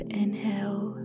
inhale